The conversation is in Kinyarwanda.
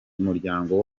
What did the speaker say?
muryango